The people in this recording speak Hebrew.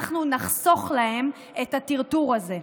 אנחנו נחסוך להם את הטרטור הזה.